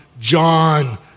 John